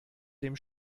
dem